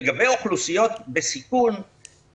לגבי אוכלוסיות בסיכון,